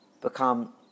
become